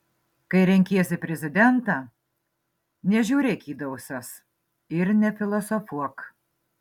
kai renkiesi prezidentą nežiūrėk į dausas ir nefilosofuok